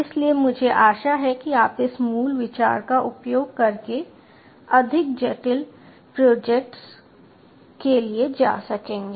इसलिए मुझे आशा है कि आप इस मूल विचार का उपयोग करके अधिक जटिल प्रोजेक्ट्स के लिए जा सकेंगे